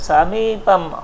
Samipam